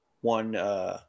one